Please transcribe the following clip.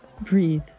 Breathe